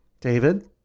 David